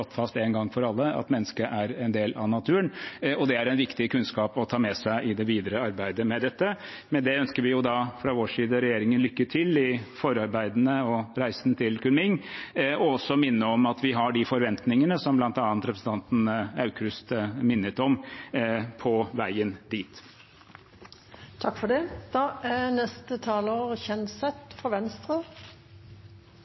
er en viktig kunnskap å ta med seg i det videre arbeidet med dette. Med det vil vi fra vår side ønske regjeringen lykke til i forarbeidene og reisen til Kunming, og også minne om at vi har de forventningene som bl.a. representanten Aukrust minnet om, på veien dit. Aller først: Som komitéleder er jeg veldig glad for at vi i energi- og miljøkomiteen har hatt en initiativdebatt. Det er første gang jeg er